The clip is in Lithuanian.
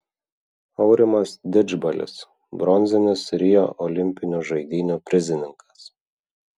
aurimas didžbalis bronzinis rio olimpinių žaidynių prizininkas